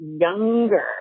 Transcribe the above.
younger